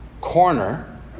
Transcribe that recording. Corner